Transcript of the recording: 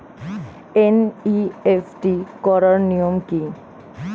NEFT করার নিয়ম কী?